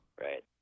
Right